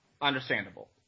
understandable